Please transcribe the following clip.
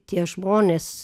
tie žmonės